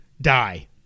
die